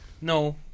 No